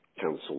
council